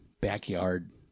Backyard